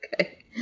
okay